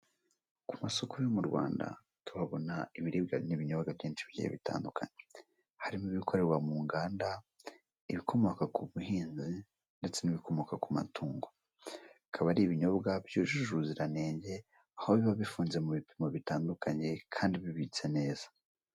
Ku masoko yo mu Rwanda tukabona ibiribwa n'ibinyobwa byinshi bigiye bitandukanye harimo ibikorerwa mu nganda ibikomoka ku buhinzi ndetse n'ibikomoka ku matungo, bikaba ari ibinyobwa byujuje ubuziranenge aho biba bifunze mu bipimo bitandukanye kandi bibitse neza.